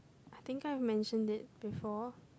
I think I mentioned it before